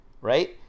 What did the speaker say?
Right